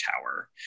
tower